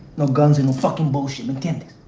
no guns, and no fucking bullshit. by